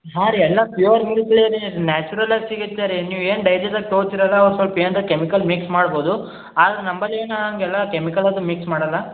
ಹಾಂ ರೀ ಎಲ್ಲ ಪ್ಯೂರ್ ನ್ಯಾಚುರಲಾಗಿ ಸಿಗತ್ತೆ ರೀ ನೀವೇನು ಡೈರಿದಾಗ ತಗೋತಿರಲ್ಲ ಅವ ಸೊಲ್ಪ ಏನ್ರಾ ಕೆಮಿಕಲ್ ಮಿಕ್ಸ್ ಮಾಡ್ಬೋದು ಆದ್ರ ನಂಬಲಿ ಏನು ಹಾಗೆಲ್ಲ ಕೆಮಿಕಲೆಲ್ಲ ಮಿಕ್ಸ್ ಮಾಡಲ್ಲ